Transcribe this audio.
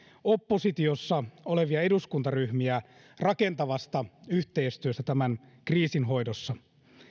oppositiossa olevia eduskuntaryhmiä rakentavasta yhteistyöstä tämän kriisin hoidossa